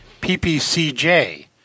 PPCJ